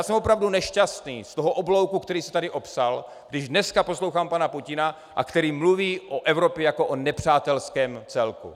Jsem opravdu nešťastný z toho oblouku, který se tady opsal, když dnes poslouchám pana Putina, který mluví o Evropě jako o nepřátelském celku.